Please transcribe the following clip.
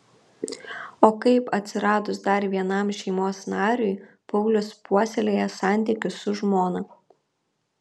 o kaip atsiradus dar vienam šeimos nariui paulius puoselėja santykius su žmona